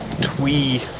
twee